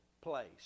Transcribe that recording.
place